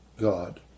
God